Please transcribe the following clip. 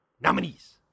nominees